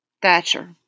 Thatcher